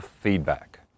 feedback